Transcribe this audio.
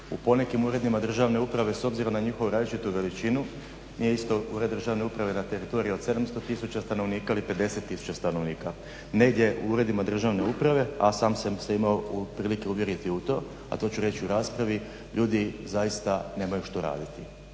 U ponekim uredima državne uprave s obzirom na njihovu različitu veličinu nije isto ured državne uprave na teritoriju od 700 000 stanovnika ili 50 000 stanovnika. Negdje u uredima državne uprave, a sam sam se imao prilike uvjeriti u to, a to ću reći u raspravi, ljudi zaista nemaju što raditi